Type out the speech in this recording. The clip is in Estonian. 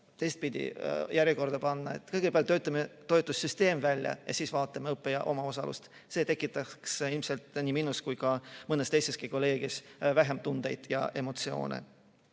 teistpidi järjekorda panna: kõigepealt töötame toetussüsteemi välja ja siis vaatame õppija omaosalust. See tekitaks ilmselt nii minus kui ka mõnes teiseski kolleegis vähem tundeid ja emotsioone.